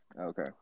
Okay